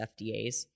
FDAs